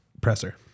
presser